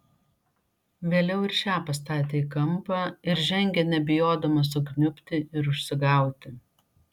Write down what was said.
vėliau ir šią pastatė į kampą ir žengė nebijodama sukniubti ir užsigauti